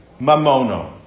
mamono